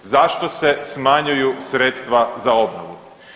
Zašto se smanjuju sredstva za obnovu?